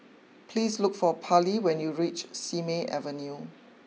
please look for Parley when you reach Simei Avenue